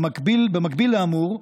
במקביל לאמור,